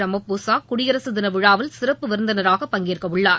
Ramaphosa குடியரசு தின விழாவில் சிறப்பு விருந்தினராக பங்கேற்கவுள்ளார்